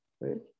right